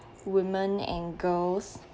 women and girls